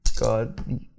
God